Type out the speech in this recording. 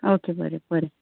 okay बरें बरें